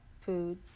food